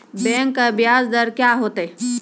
Bank का ब्याज दर क्या होता हैं?